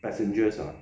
passengers ah